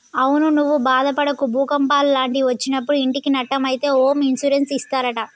అవునే నువ్వు బాదపడకు భూకంపాలు లాంటివి ఒచ్చినప్పుడు ఇంటికి నట్టం అయితే హోమ్ ఇన్సూరెన్స్ ఇస్తారట